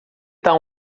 tal